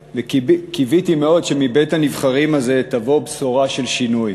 וקיוויתי מאוד שמבית-הנבחרים הזה תבוא בשורה של שינוי.